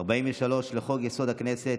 43 לחוק-יסוד: הכנסת,